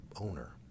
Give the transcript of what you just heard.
owner